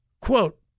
Quote